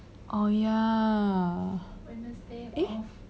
oh ya eh